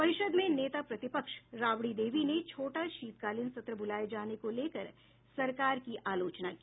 परिषद में नेता प्रतिपक्ष राबड़ी देवी ने छोटा शीतकालीन सत्र बूलाये जाने को लेकर सरकार की आलोचना की